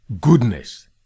Goodness